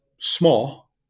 small